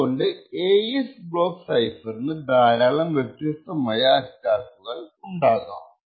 അതുകൊണ്ട് AES block സൈഫറിന് ധാരാളം വ്യത്യസ്തമായ അറ്റാക്കുകൾ ഉണ്ടാകാം